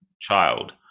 child